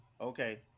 Okay